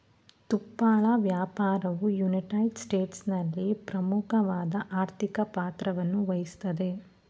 ತುಪ್ಪಳ ವ್ಯಾಪಾರವು ಯುನೈಟೆಡ್ ಸ್ಟೇಟ್ಸ್ನಲ್ಲಿ ಪ್ರಮುಖವಾದ ಆರ್ಥಿಕ ಪಾತ್ರವನ್ನುವಹಿಸ್ತದೆ